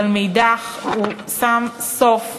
אבל מאידך גיסא, הוא שם סוף לבידול.